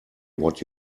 what